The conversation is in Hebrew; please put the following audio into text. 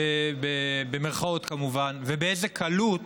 במירכאות, כמובן, ובאיזו קלות